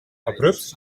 abrupt